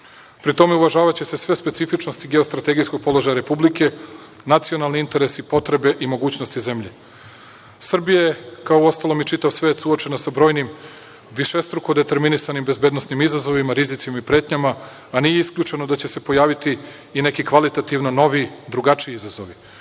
Pri tome, uvažavaće se sve specifičnosti geostrategijskog položaja Republike, nacionalni interesi, potrebe i mogućnosti zemlje. Srbija je, kao uostalom i čitav svet, suočena sa brojnim višestruko determinisanim bezbednosnim izazovima, rizicima i pretnjama, a nije isključeno da će se pojaviti i neki kvalitativno novi, drugačiji